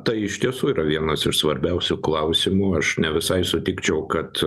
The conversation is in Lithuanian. tai iš tiesų yra vienas iš svarbiausių klausimų aš ne visai sutikčiau kad